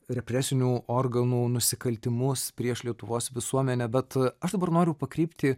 represinių organų nusikaltimus prieš lietuvos visuomenę bet aš dabar noriu pakreipti